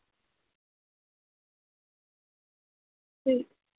ठीक